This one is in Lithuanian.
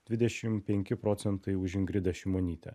dvidešim penki procentai už ingridą šimonytę